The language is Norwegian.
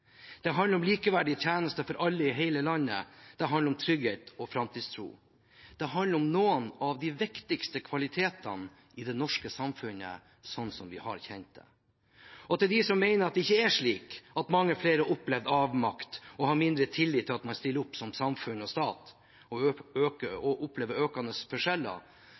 Det handler om likeverdige tjenester for alle i hele landet, det handler om trygghet og framtidstro. Det handler om noen av de viktigste kvalitetene i det norske samfunnet, slik vi har kjent det. Til dem som mener at det ikke er slik at mange flere opplever avmakt og har mindre tillit til at man stiller opp som samfunn og stat og opplever økende forskjeller, anbefales virkelig en virkelighetssjekk i hele landet og